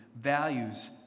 values